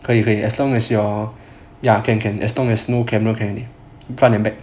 可以可以 as long as ya ya can can as long as no camera can already front and back